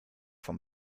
vom